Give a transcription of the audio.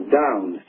down